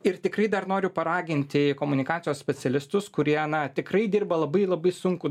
ir tikrai dar noriu paraginti komunikacijos specialistus kurie na tikrai dirba labai labai sunkų